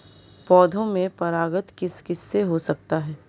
पौधों में परागण किस किससे हो सकता है?